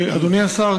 אדוני השר,